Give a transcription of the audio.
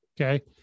Okay